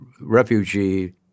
refugee